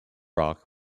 rock